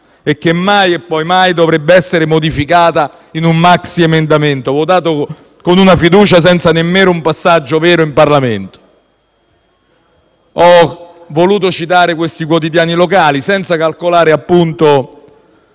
e che mai e poi mai dovrebbe essere modificata con un maxiemendamento votato con una fiducia, senza nemmeno un passaggio vero in Parlamento. Ho voluto citare questi quotidiani locali senza calcolare, appunto,